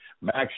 Max